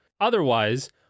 Otherwise